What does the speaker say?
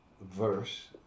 verse